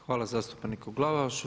Hvala zastupniku Glavašu.